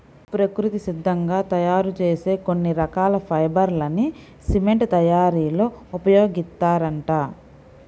ప్రకృతి సిద్ధంగా తయ్యారు చేసే కొన్ని రకాల ఫైబర్ లని సిమెంట్ తయ్యారీలో ఉపయోగిత్తారంట